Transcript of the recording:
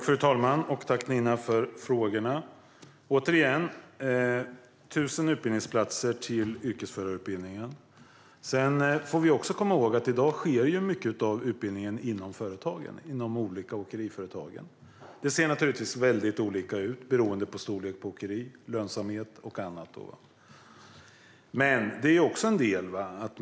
Fru talman! Tack, Nina, för frågorna! Återigen: Vi tillför 1 000 utbildningsplatser till yrkesförarutbildningen. Vi får också komma ihåg att i dag sker mycket av utbildningen inom företagen, inom de olika åkeriföretagen. Det ser naturligtvis väldigt olika ut beroende på storlek på åkeriet, lönsamhet och annat, men det är också en del.